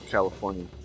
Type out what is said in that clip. California